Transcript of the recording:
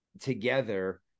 together